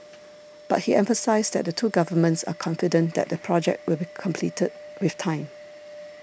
but he emphasised that the two governments are confident that the project will be completed with time